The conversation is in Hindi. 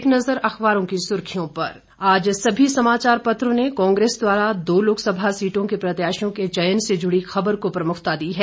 एक नज़र अखबारों की सुर्खियों पर आज सभी समाचार पत्रों ने कांग्रेस द्वारा दो लोकसभा सीटों के प्रत्याशियों के चयन से जुड़ी खबर को प्रमुखता दी है